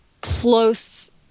close